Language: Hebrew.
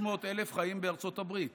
600,000 חיים בארצות הברית